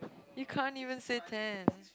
you can't even say that